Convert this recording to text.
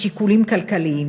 משיקולים כלכליים,